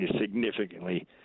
significantly